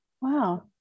Wow